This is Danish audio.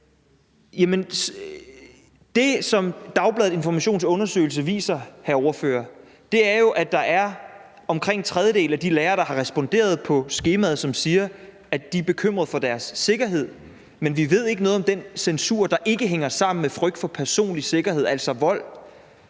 Det, som Dagbladet Informations undersøgelse viser, hr. ordfører, er, at der er omkring en tredjedel af de lærere, der har responderet på skemaet, som siger, at de er bekymret for deres sikkerhed, men vi ved ikke noget om den censur, der ikke hænger sammen med frygt for personlig sikkerhed, altså vold.